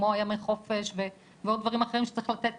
כמו ימי חופש ועוד דברים אחרים שצריך לתת